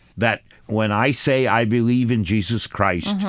that when i say i believe in jesus christ,